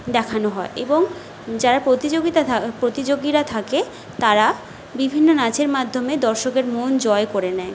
দেখানো হয় এবং যারা প্রতিযোগিতা প্রতিযোগীরা থাকে তারা বিভিন্ন নাচের মাধ্যমে দর্শকের মন জয় করে নেয়